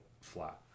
flat